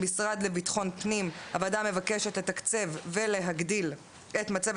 המשרד לביטחון פנים הוועדה מבקשת לתקצב ולהגדיל את מצבת